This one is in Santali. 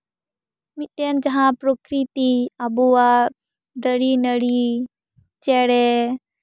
ᱢᱤᱫᱴᱮᱱ ᱡᱟᱦᱟᱸ ᱯᱨᱚᱠᱨᱤᱛᱤ ᱟᱵᱚᱣᱟᱜ ᱫᱟᱨᱤ ᱱᱟᱹᱲᱤ ᱪᱮᱬᱮᱸ